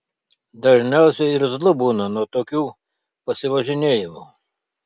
dažniausiai irzlu būna nuo tokių pasivažinėjimų